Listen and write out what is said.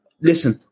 Listen